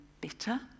bitter